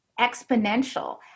exponential